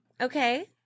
Okay